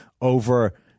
over